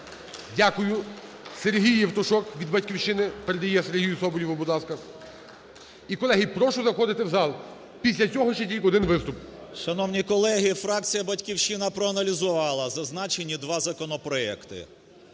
Дякую. Сергій Євтушок від "Батьківщини". Передає Сергію Соболєву, будь ласка. І, колеги, прошу заходити в зал, після цього ще тільки один виступ. 14:01:41 СОБОЛЄВ С.В. Шановні колеги! Фракція "Батьківщина" проаналізувала зазначені два законопроекти.